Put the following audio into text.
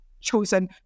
chosen